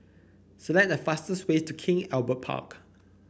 select the fastest way to King Albert Park